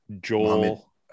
Joel